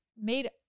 made